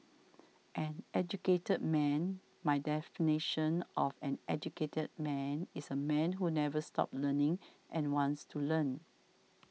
an educated man my definition of an educated man is a man who never stops learning and wants to learn